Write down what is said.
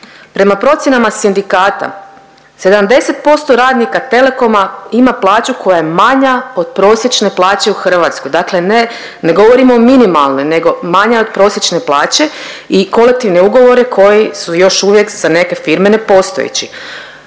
Prema procjenama sindikata 70% radnika telekoma ima plaću koja je manja od prosječne plaće u Hrvatskoj, dakle ne govorim o minimalnoj nego manja je od prosječne plaće i kolektivne ugovore koji su još uvijek za neke firme nepostojeći.